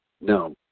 No